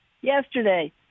Yesterday